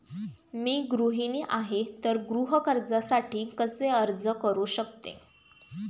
मी गृहिणी आहे तर गृह कर्जासाठी कसे अर्ज करू शकते?